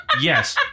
Yes